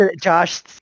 Josh